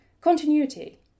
continuity